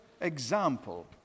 example